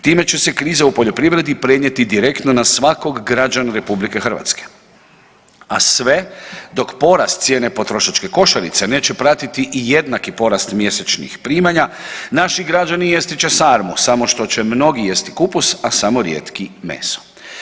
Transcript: Time će se kriza u poljoprivredi prenijeti direktno na svakog građana RH, a sve dok porast cijene potrošačke košarice neće pratiti i jednaki porast mjesečnih primanja naši građani jesti će sarmu, samo što će mnogi jesti kupus, a samo rijetki meso.